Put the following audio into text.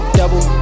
double